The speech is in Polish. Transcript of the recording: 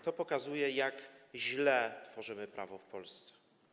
To pokazuje, jak źle tworzymy prawo w Polsce.